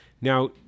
Now